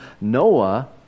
Noah